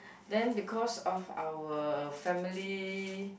then because of our family